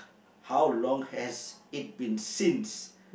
how long has it been since